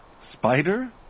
Spider